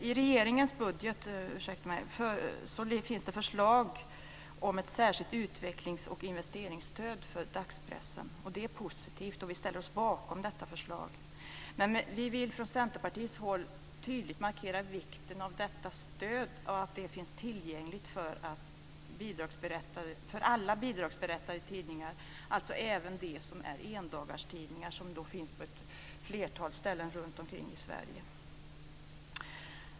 I regeringens budget finns det förslag om ett särskilt utvecklings och investeringsstöd för dagspressen, och det är positivt. Vi ställer oss bakom detta förslag. Men vi i Centerpartiet vill tydligt markera vikten av att detta stöd finns tillgängligt för alla bidragsberättigade tidningar, alltså även för dem som är endagarstidningar och finns på ett flertal ställen runtom i Sverige.